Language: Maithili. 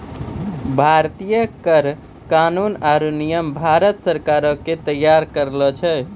भारतीय कर कानून आरो नियम भारत सरकार ने तैयार करलो छै